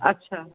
اچھا